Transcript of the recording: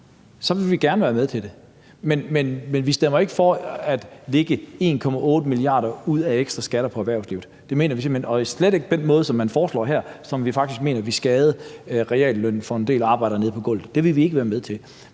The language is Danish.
på erhvervslivet. Men vi stemmer ikke for at lægge 1,8 mia. kr. ekstra skatter ud på erhvervslivet, og slet ikke på den måde, som man foreslår her, og som vi faktisk mener vil skade reallønnen for en del arbejdere nede på gulvet. Det vil vi ikke være med til,